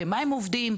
במה הם עובדים,